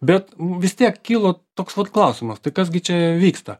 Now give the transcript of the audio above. bet vis tiek kilo toks vat klausimas tai kas gi čia vyksta